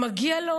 מגיעה לו